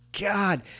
God